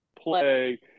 play